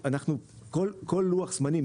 לכל לוח זמנים,